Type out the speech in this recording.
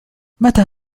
متى